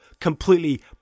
completely